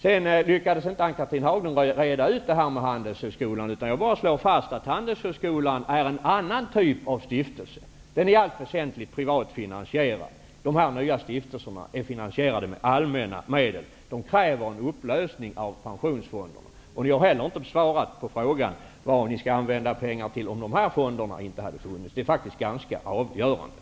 Ann-Cathrine Haglund lyckades inte reda ut frågan om Handelshögskolan. Jag slår därför fast att Handelshögskolan är en annan typ av stiftelse. Den är i allt väsentligt privat finansierad, medan de nya stiftelserna är finansierade med allmänna medel. Dessa kräver därför en upplösning av pensionsfonderna. Ann-Cathrine Haglund har heller inte svarat på vilka pengar ni skulle använda om de här fonderna inte funnits. Det är faktiskt ganska avgörande.